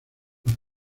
los